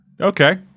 Okay